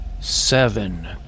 Seven